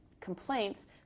complaints